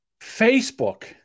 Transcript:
Facebook